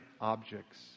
objects